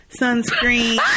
sunscreen